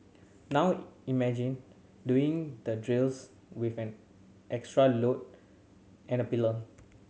now imagine doing the drills with an extra load and a pillion